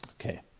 Okay